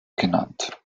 genannt